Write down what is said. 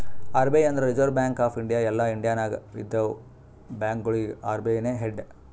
RBI ಅಂದುರ್ reserve bank of India ಎಲ್ಲಾ India ನಾಗ್ ಇದ್ದಿವ ಬ್ಯಾಂಕ್ಗೊಳಿಗ ಅರ್.ಬಿ.ಐ ನೇ ಹೆಡ್